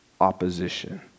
opposition